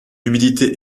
humidité